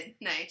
nice